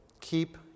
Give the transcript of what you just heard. keep